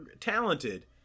talented